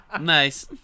Nice